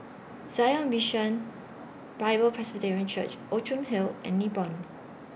Zion Bishan Bible Presbyterian Church Outram Hill and Nibong